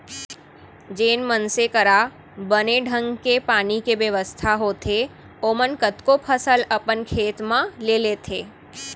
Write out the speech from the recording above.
जेन मनसे करा बने ढंग के पानी के बेवस्था होथे ओमन कतको फसल अपन खेत म ले लेथें